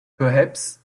perhaps